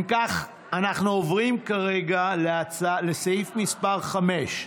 אם כך, אנחנו עוברים כרגע לסעיף מס' 5,